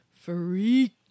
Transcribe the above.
freak